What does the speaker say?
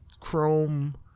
chrome